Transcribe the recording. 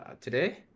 today